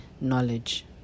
knowledge